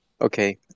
Okay